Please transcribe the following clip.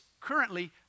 currently